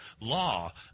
law